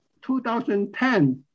2010